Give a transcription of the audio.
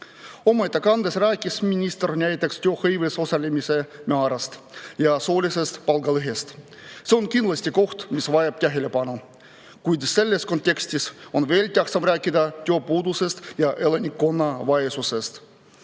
ettekandes rääkis minister näiteks tööhõives osalemise määrast ja soolisest palgalõhest. Need on kindlasti kohad, mis vajavad tähelepanu. Kuid selles kontekstis on veel tähtsam rääkida tööpuudusest ja elanikkonna vaesusest.